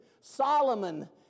Solomon